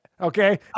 okay